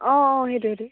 অঁ অঁ সেইটোয়েটো